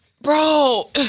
Bro